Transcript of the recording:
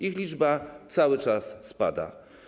Ich liczba cały czas spada.